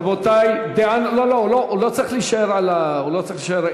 רבותי, לא, הוא לא צריך להישאר על הפודיום.